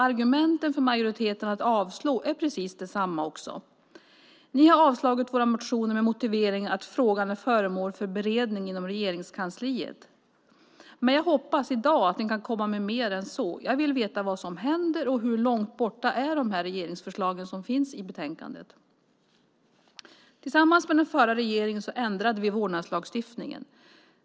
Argumenten för majoriteten att avslå är också precis desamma. Ni har avslagit våra motioner med motiveringen att frågan är föremål för beredning inom Regeringskansliet. Men jag hoppas i dag att ni kan komma med mer än så. Jag vill veta vad som händer och hur långt borta de regeringsförslag som finns i betänkandet är. Tillsammans med den förra regeringen ändrade vi vårdnadslagstiftningen.